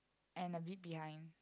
and a bib behind